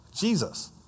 Jesus